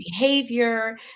behavior